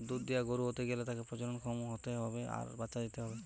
দুধ দিয়া গরু হতে গ্যালে তাকে প্রজনন ক্ষম হতে হবে আর বাচ্চা দিতে হবে